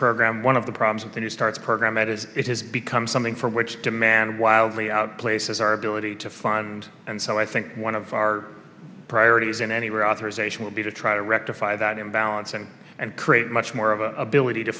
program one of the problems with the new start program it is it has become something for which demand wildly out places our ability to fund and so i think one of our priorities in anywhere authorization would be to try to rectify that imbalance and and create much more of a ability to